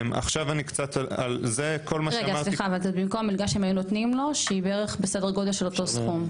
זה במקום מלגה שהיו נותנים לו שזה בסדר גודל של אותו סכום?